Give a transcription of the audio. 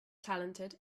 talented